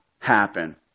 happen